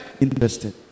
interested